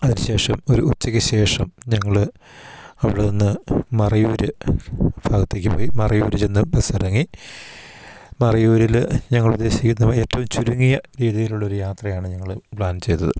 അതിന് ശേഷം ഒരു ഉച്ചയ്ക്ക് ശേഷം ഞങ്ങൾ അവിടെനിന്ന് മറയൂർ ഭാഗത്തേക്ക് പോയി മറയൂർ ചെന്ന് ബസ് ഇറങ്ങി മറയൂരിൽ ഞങ്ങളുദ്ദേശിക്കുന്നവ ഏറ്റവും ചുരുങ്ങിയ രീതിയിലുള്ള ഒരു യാത്രയാണ് ഞങ്ങൾ പ്ലാൻ ചെയ്തത്